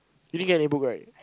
but I think as times goes by I think